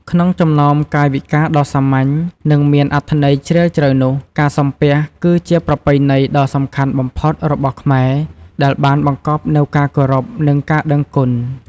ក្នុងចំណោមកាយវិការដ៏សាមញ្ញ និងមានអត្ថន័យជ្រាលជ្រៅនោះ ការសំពះ គឺជាប្រពៃណីដ៏សំខាន់បំផុតរបស់ខ្មែរ ដែលបានបង្កប់នូវការគោរព និងការដឹងគុណ។